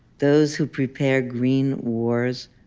those who prepare green wars,